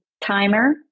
timer